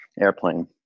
airplane